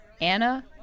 Anna